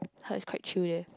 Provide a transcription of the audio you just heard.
heard it's quite chill there